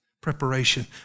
Preparation